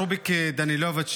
רוביק דנילוביץ',